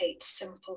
simple